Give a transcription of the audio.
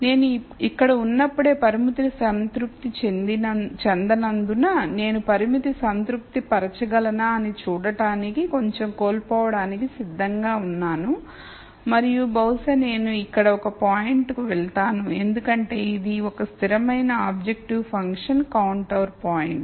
నేను ఇక్కడ ఉన్నప్పుడే పరిమితి సంతృప్తి చెందనందున నేను పరిమితి సంతృప్తి పరచగలనా అని చూడటానికి కొంచెం కోల్పోవటానికి సిద్ధంగా ఉన్నాను మరియు బహుశా నేను ఇక్కడ ఒక పాయింట్ కు వెళ్తాను ఎందుకంటే ఇది ఒక స్థిరమైన ఆబ్జెక్టివ్ ఫంక్షన్ కాంటౌర్ పాయింట్